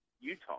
utah